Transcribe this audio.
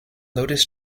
lotus